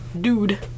Dude